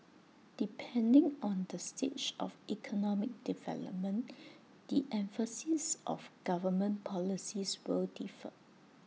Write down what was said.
depending on the stage of economic development the emphasis of government policies will differ